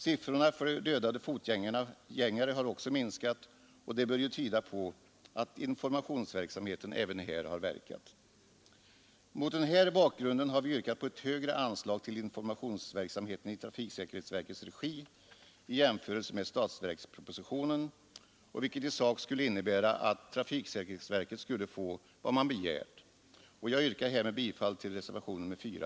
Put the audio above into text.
Siffrorna för dödade fotgängare har också minskat, och det bör ju tyda på att informationsverksamheten även här har verkat. Mot den här bakgrunden har vi yrkat på ett högre anslag än vad som föreslås i statsverkspropositionen till informationsverksamheten i trafiksäkerhetsverkets regi. Ett bifall till vårt förslag skulle i sak innebära att trafiksäkerhetsverket skulle få vad det begärt. Herr talman! Jag yrkar bifall till reservationen 4.